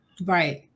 Right